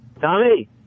Tommy